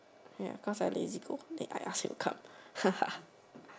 ya because I lazy go then I ask him to come